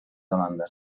demanda